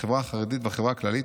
החברה החרדית והחברה הכללית,